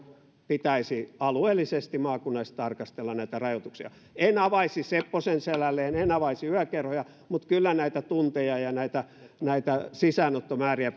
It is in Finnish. pitäisi alueellisesti maakunnallisesti tarkastella näitä rajoituksia en avaisi sepposen selälleen en avaisi yökerhoja mutta kyllä näitä tunteja ja näitä näitä sisäänottomääriä